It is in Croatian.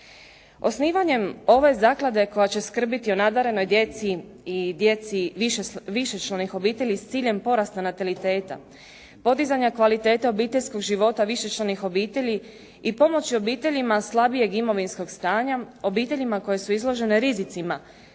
Osnivanjem ove zaklade koja će skrbiti o nadarenoj djeci i djeci višečlanih obitelji s ciljem porasta nataliteta, podizanja kvalitete obiteljskog života višečlanih obitelji i pomoći obiteljima slabijeg imovinskog stanja, obiteljima koje su izložene rizicima,